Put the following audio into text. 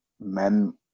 men